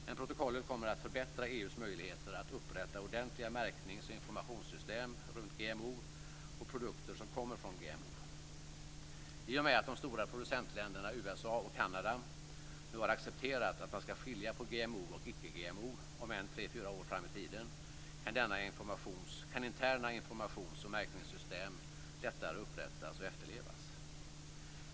Men protokollet kommer att förbättra EU:s möjligheter att upprätta ordentliga märknings och informationssystem runt GMO och produkter som kommer från GMO. I och med att de stora producentländerna USA och Kanada nu har accepterat att man ska skilja på GMO och icke GMO, om än tre fyra år fram i tiden, kan interna informations och märkningssystem lättare upprättas och efterlevas.